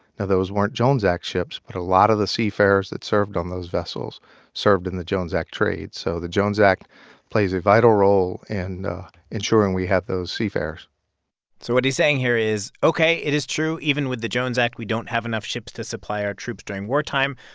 now, those weren't jones act ships, but a lot of the seafarers that served on those vessels served in the jones act trade, so the jones act plays a vital role in ensuring we have those seafarers so what he's saying here is, ok, it is true even with the jones act, we don't have enough ships to supply our troops during wartime.